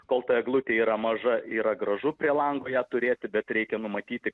kol ta eglutė yra maža yra gražu prie lango ją turėti bet reikia numatyti